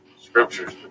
scriptures